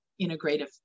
integrative